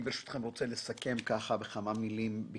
אני רוצה לסכם בכמה מילים את